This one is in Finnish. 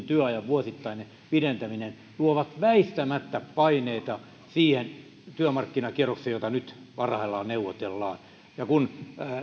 työajan kahdenkymmenenneljän tunnin pidentäminen luovat väistämättä paineita siihen työmarkkinakierrokseen jolla nyt parhaillaan neuvotellaan kun